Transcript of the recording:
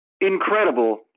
incredible